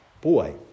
boy